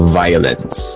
violence